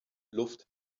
luft